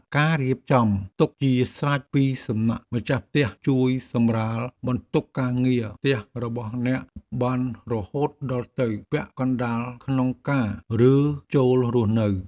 ការរៀបចំទុកជាស្រេចពីសំណាក់ម្ចាស់ផ្ទះជួយសម្រាលបន្ទុកការងារផ្ទះរបស់អ្នកបានរហូតដល់ទៅពាក់កណ្ដាលក្នុងការរើចូលរស់នៅ។